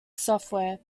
software